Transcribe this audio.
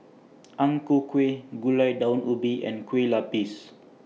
Ang Ku Kueh Gulai Daun Ubi and Kueh Lapis